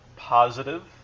positive